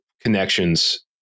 connections